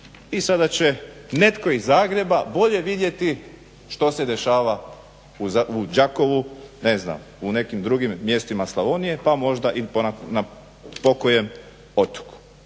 i sada će netko iz Zagreba bolje vidjeti što se dešava u Đakovu, ne znam u nekim drugim mjestima Slavonije, pa možda i po kojem otoku.